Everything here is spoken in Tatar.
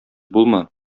булма